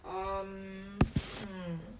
um hmm